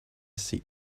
seat